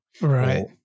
Right